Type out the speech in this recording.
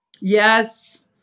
yes